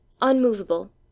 unmovable